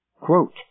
Quote